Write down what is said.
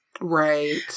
Right